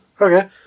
Okay